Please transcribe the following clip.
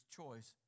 choice